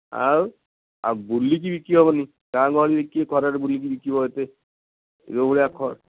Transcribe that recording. ଆଉ ଆଉ ବୁଲିକି ବିକି ହେବନି ଗାଁ ଗହଳିରେ କିଏ ଖରାରେ ବୁଲିକି ବିକିବ ଏତେ ଯେଉଁ ଭଳିଆ ଖରା